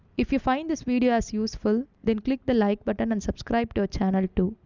if you find this video as useful then click the like button and subscribe to channel too.